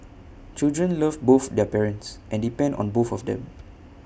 children love both their parents and depend on both of them